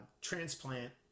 transplant